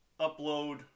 upload